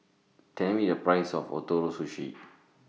Tell Me The Price of Ootoro Sushi